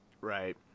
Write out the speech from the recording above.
Right